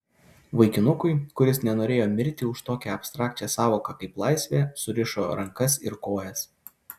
vaikinukui kuris nenorėjo mirti už tokią abstrakčią sąvoką kaip laisvė surišo rankas ir kojas